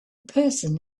person